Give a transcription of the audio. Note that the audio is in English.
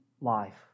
life